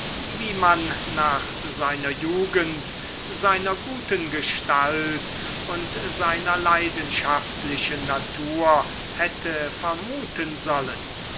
wie man nach seiner jugend seiner guten gestalt und seiner leidenschaftlichen natur hätte vermuten sollen